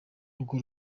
urwo